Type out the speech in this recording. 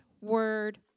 word